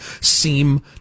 seem